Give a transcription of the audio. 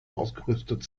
ausgerüstet